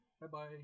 Bye-bye